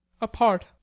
apart